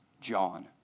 John